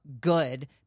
good